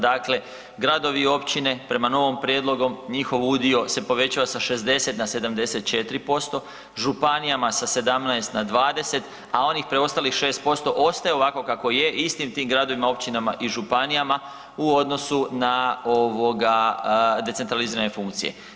Dakle, gradovi i općine prema novom prijedlogu njihov udio se povećava sa 60 na 74%, županijama sa 17 na 20, a onih preostalih 6% ostaje ovako kako je istim tim gradovima, općinama i županijama u odnosu na ovoga decentralizirane funkcije.